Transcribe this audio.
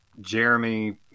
Jeremy